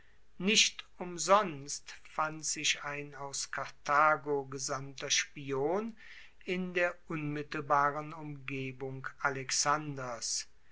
nicht umsonst fand sich ein aus karthago gesandter spion in der unmittelbaren umgebung alexanders